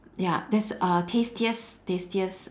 ya that's uh tastiest tastiest